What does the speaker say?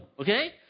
Okay